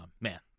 man